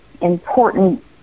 important